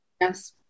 Yes